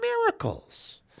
miracles